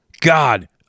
God